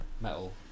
metal